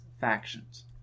factions